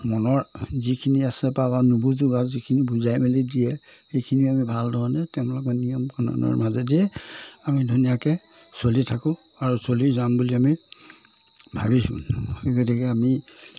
মনৰ যিখিনি আছে বা নুবুজো বা যিখিনি বুজাই মেলি দিয়ে সেইখিনি আমি ভাল ধৰণে তেওঁলোকৰ নিয়ম কানুনৰ মাজেদিয়ে আমি ধুনীয়াকৈ চলি থাকোঁ আৰু চলি যাম বুলি আমি ভাবিছোঁ সেই গতিকে আমি